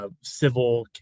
civil